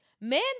man